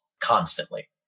constantly